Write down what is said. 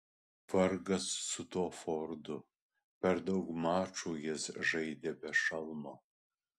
vargas su tuo fordu per daug mačų jis žaidė be šalmo